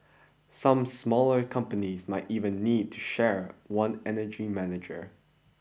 some smaller companies might even need to share one energy manager